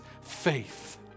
Faith